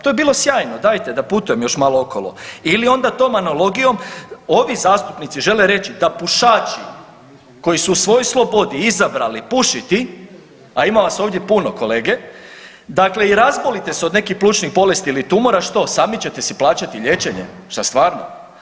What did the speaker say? To bi bilo sjajno, dajte da putujem još malo okolo ili onda tom analogijom ovi zastupnici žele reći da pušači koji su u svojoj slobodi izabrali pušiti, a ima vas ovdje puno kolege, dakle i razbolite se od nekih plućnih bolesti ili tumora što sami ćete si plaćati liječenje, šta stvarno?